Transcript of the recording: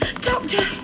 Doctor